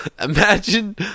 Imagine